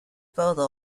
further